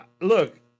Look